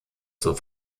zur